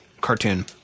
cartoon